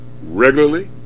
regularly